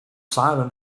silent